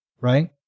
right